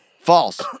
false